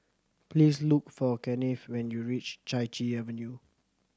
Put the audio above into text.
please look for Kennith when you reach Chai Chee Avenue